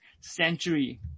century